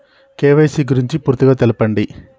KYC గురించి పూర్తిగా తెలపండి?